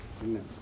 Amen